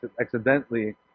accidentally